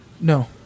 no